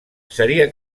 seria